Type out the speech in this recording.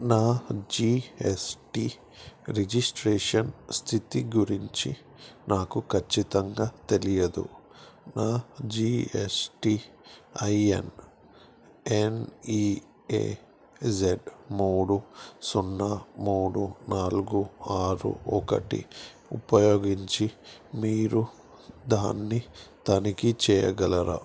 నా G S T registration స్థితి గురించి నాకు ఖచ్చితంగా తెలియదు నా G S T I N N E A Z మూడు సున్నా మూడు నాలుగు ఆరు ఒకటి ఉపయోగించి మీరు దాన్ని తనిఖీ చేయగలరా